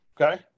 Okay